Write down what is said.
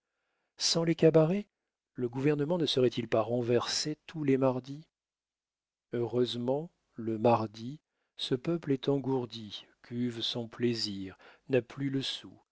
sans les cabarets le gouvernement ne serait-il pas renversé tous les mardis heureusement le mardi ce peuple est engourdi cuve son plaisir n'a plus le sou